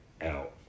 out